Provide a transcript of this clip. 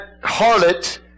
harlot